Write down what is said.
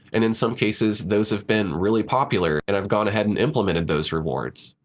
and in some cases, those have been really popular, and i've gone ahead and implemented those rewards.